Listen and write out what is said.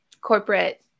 corporate